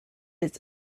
its